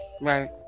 right